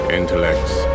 intellects